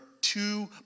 two